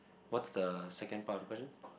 what's the second part of the question